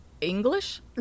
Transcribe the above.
English